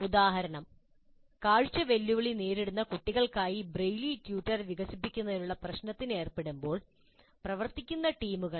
ഉദാഹരണം കാഴ്ച വെല്ലുവിളി നേരിടുന്ന കുട്ടികളുക്കായി ബ്രെയ്ലി ട്യൂട്ടർ വികസിപ്പിക്കുന്നതിനുള്ള പ്രശ്നത്തിൽ ഏർപ്പെടുമ്പോൾ പ്രവർത്തിക്കുന്ന ടീമുകളെ